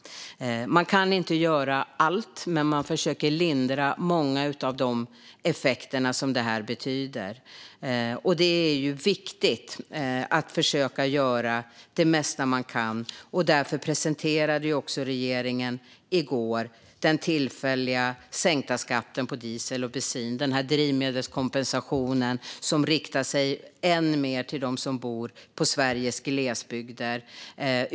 Man kan inte göra allt, men man försöker lindra många av de effekter som detta medför. Det är viktigt att försöka göra så mycket man kan. Därför presenterade regeringen i går den tillfälligt sänkta skatten på diesel och bensin. Denna drivmedelskompensation riktar sig än mer till dem som bor i Sveriges glesbygder.